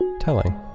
Telling